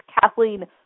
Kathleen